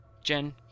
jen